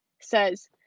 says